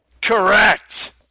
Correct